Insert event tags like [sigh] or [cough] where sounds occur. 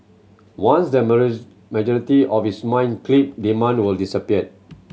once the [unintelligible] majority of is mined chip demand will disappear